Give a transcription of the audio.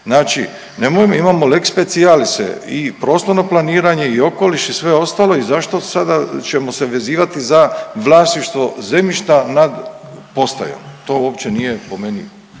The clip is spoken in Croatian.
Znači nemoj, imamo lex specialise i prostorno planiranje i okoliš i sve ostalo i zašto sada ćemo se vezivati za vlasništvo zemljišta nad postajom. To uopće nije po meni